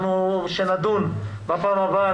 כשנדון בתיקונים נדון בזה.